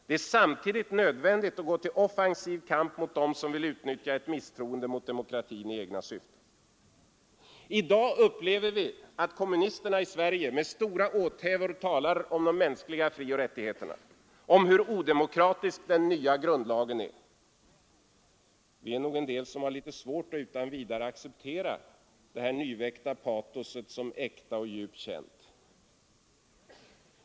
Det är samtidigt nödvändigt att gå till offensiv kamp mot dem som vill utnyttja ett misstroende mot demokratin i egna syften. I dag upplever vi att kommunisterna i Sverige med stora åthävor talar om de mänskliga frioch rättigheterna, om hur odemokratisk den nya grundlagen är. Vi är nog en del som har litet svårt att utan vidare acceptera detta nyväckta patos som äkta och djupt känt.